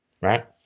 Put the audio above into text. right